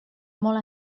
molt